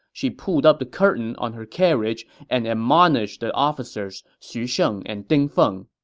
she pulled up the curtain on her carriage and admonished the officers xu sheng and ding feng.